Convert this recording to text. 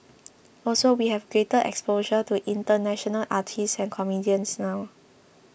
also we have greater exposure to international artists and comedians now